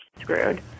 screwed